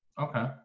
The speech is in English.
Okay